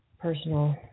personal